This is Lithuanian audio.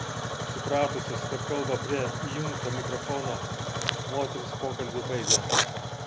supratusios kad kalba prie įjungto mikrofono moterys pokalbį baigė